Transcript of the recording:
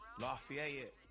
Lafayette